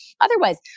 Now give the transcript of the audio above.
otherwise